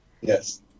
Yes